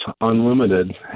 unlimited